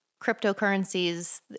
cryptocurrencies